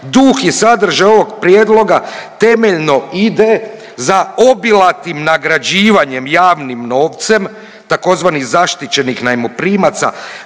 duh i sadržaj ovog prijedloga temeljno ide za obilatim nagrađivanjem javnim novcem tzv. zaštićenih najmoprimaca